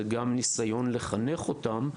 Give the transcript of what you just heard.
הוא גם ניסיון לחנך אותם.